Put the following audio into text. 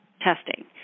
testing